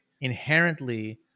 inherently